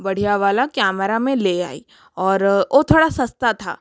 बढ़िया वाला कैमरा में ले आई और वो थोड़ा सस्ता था